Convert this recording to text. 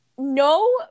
No